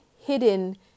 hidden